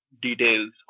details